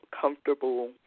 comfortable